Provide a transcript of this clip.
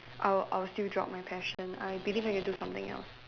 I'll I'll still drop my passion I believe I can do something else